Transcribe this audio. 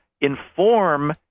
inform